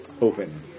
open